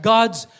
God's